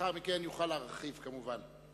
לאחר מכן יוכל להרחיב, כמובן.